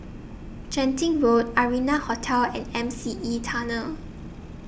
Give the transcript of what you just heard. Genting Road Arianna Hotel and M C E Tunnel